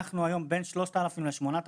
אנחנו היום בין 3,000 ל-8,000,